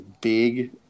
big